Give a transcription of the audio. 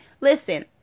listen